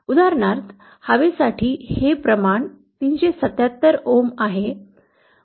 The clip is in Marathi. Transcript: उदाहरणार्थ हवेसाठी हे प्रमाण 377 ओहम आहे